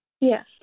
Yes